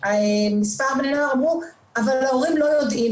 שמספר בני הנוער אמרו 'אבל ההורים לא יודעים,